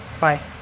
bye